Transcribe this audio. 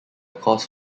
course